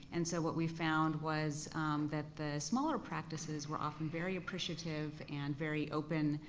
and so what we found was that the smaller practices were often very appreciative and very open